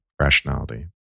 rationality